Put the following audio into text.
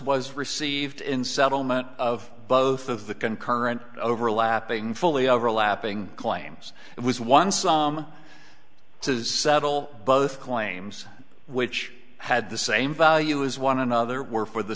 was received in settlement of both of the concurrent overlapping fully overlapping claims it was one some to settle both claims which had the same value as one another were for the